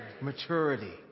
Maturity